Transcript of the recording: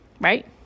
right